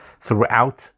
Throughout